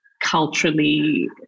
culturally